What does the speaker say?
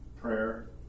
prayer